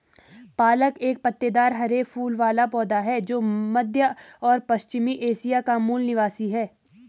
पालक एक पत्तेदार हरे फूल वाला पौधा है जो मध्य और पश्चिमी एशिया का मूल निवासी है